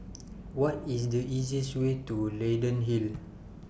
What IS The easiest Way to Leyden Hill